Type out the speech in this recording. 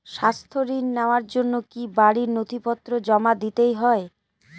স্বাস্থ্য ঋণ নেওয়ার জন্য কি বাড়ীর নথিপত্র জমা দিতেই হয়?